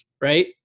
right